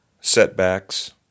setbacks